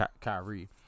Kyrie